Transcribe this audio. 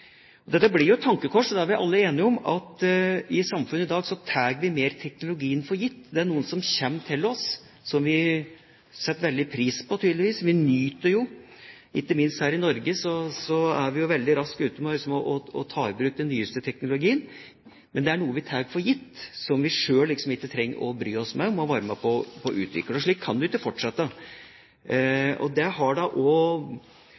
Dette blir et tankekors. Vi er alle enige om at i samfunnet i dag tar vi teknologien mer for gitt. Det er noe som kommer til oss, og som vi setter veldig pris på, tydeligvis. Ikke minst her i Norge er vi veldig raskt ute med å ta i bruk den nyeste teknologien, men det er noe vi tar for gitt, som vi selv liksom ikke trenger å bry oss med å være med på å utvikle. Slik kan det jo ikke fortsette.